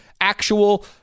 Actual